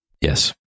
Yes